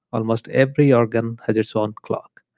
almost every organ has its own clock,